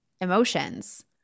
emotions